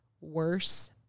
worse